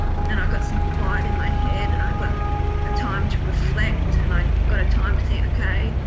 and i got some quiet in my head and i got a time to reflect and i got a time to think, okay,